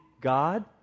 God